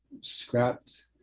scrapped